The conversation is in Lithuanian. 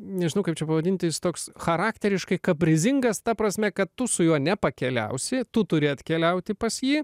nežinau kaip vadintis toks charakteris kaprizingas ta prasme kad tu su juo nepakeliausi tu turi atkeliauti pas jį